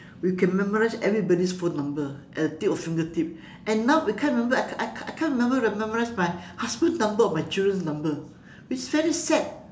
we can memorize everybody's phone number at the tip of fingertip and now we can't remember I I I can't remember the memorize my husband number or my children number which is very sad